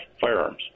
firearms